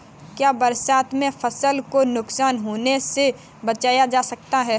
क्या बरसात में फसल को नुकसान होने से बचाया जा सकता है?